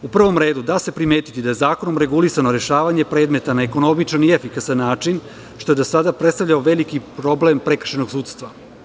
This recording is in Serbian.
U prvom redu da se primetiti da je zakonom regulisano rešavanje predmeta na ekonomičan i efikasan način, što je do sada predstavljalo veliki problem prekršajnog sudstva.